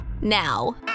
now